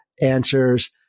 answers